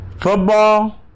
Football